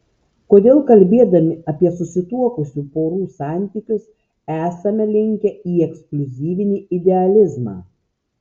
kodėl kalbėdami apie susituokusių porų santykius esame linkę į ekskliuzyvinį idealizmą